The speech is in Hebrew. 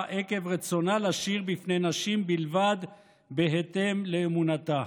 עקב רצונה לשיר בפני נשים בלבד בהתאם לאמונתה.